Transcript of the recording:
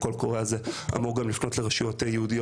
ה- ׳קול קורא׳ הזה אמור לפנות גם לרשויות יהודיות